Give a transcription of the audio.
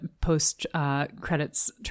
post-credits